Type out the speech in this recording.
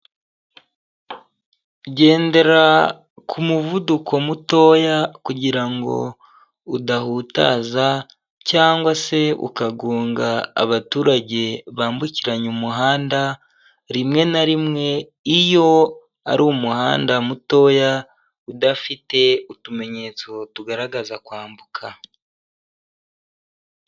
Gendera ku muvuduko mutoya kugirango udahutaza cyangwa se ukagonga abaturage bambukiranya umuhanda, rimwe na rimwe iyo ari umuhanda mutoya udafite utumenyetso tugaragaza kwambuka.